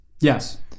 Yes